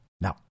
Now